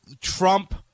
Trump